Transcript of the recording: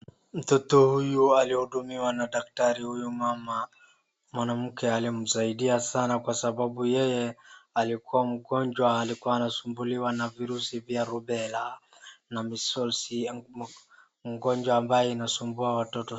Mtoto huyu alihudumiwa na daktari huyu mama. Mwanamke alimsaidia sana kwa sababu yeye alikuwa mgonjwa. Alikuwa anasumbuliwa na virusi vya Rubela na misulsi ugonjwa ambayo inasumbua watoto sana.